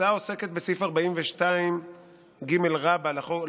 ההצעה עוסקת בסעיף 42ג לחוק-היסוד,